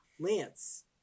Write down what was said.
Lance